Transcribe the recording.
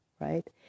right